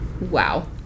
Wow